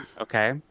okay